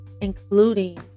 including